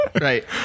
Right